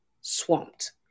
swamped